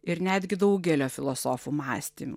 ir netgi daugelio filosofų mąstymu